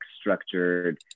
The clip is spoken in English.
structured